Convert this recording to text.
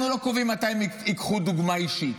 אנחנו לא קובעים מתי הם ייקחו דוגמה אישית.